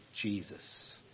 Jesus